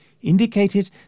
indicated